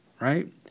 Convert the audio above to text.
right